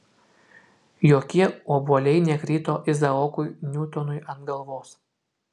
jokie obuoliai nekrito izaokui niutonui ant galvos